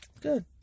good